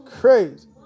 crazy